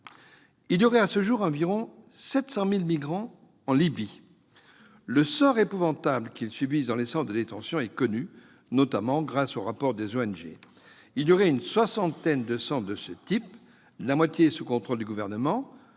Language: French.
Il y aurait à ce jour environ 700 000 migrants en Libye. Le sort épouvantable qu'ils subissent dans les centres de détention est connu, notamment grâce aux rapports des ONG. Les centres de ce type seraient au nombre d'une soixantaine, la moitié étant sous contrôle du gouvernement